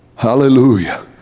Hallelujah